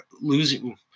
losing